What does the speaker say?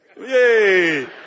Yay